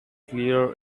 clear